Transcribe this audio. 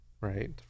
right